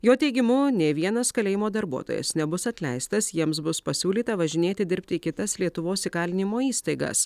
jo teigimu nė vienas kalėjimo darbuotojas nebus atleistas jiems bus pasiūlyta važinėti dirbti į kitas lietuvos įkalinimo įstaigas